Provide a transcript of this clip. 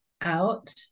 out